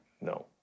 No